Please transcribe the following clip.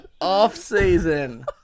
off-season